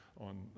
on